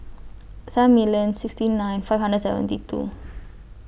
seven million sixty nine five hundred seventy two